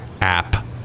app